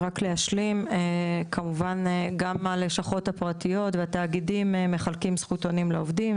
גם הלשכות הפרטיות והתאגידים מחלקים זכותונים לעובדים,